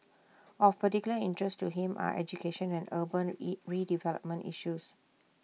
of particular interest to him are education and urban IT redevelopment issues